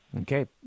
Okay